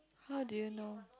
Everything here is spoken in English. how do you know